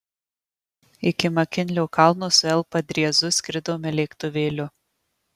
iki makinlio kalno su l padriezu skridome lėktuvėliu